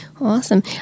Awesome